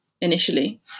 initially